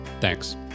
Thanks